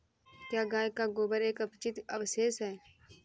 क्या गाय का गोबर एक अपचित अवशेष है?